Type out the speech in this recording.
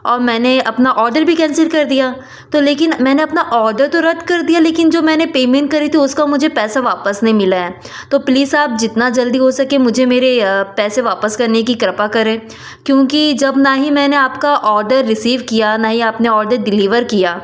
और मैंने अपना ऑर्डर भी कैंसिल कर दिया तो लेकिन मैंने अपना ऑदर तो रद्द कर दिया लेकिन जो मैंने पेमेंट करी थी उसका मुझे पैसा वापस नहीं मिला है तो प्लीज आप जितना जल्दी हो सके मुझे मेरे पैसे वापस करने की कृपा करें क्योंकि जब ना ही मैंने आपका ऑर्डर रिसीव किया ना ही आपने ऑर्डर डिलीभर किया